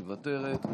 מוותרת.